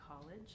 college